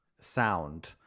sound